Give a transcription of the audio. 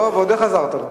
ועוד איך עזרת לו.